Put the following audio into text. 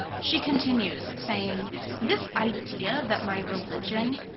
she continues, saying this idea that my religion,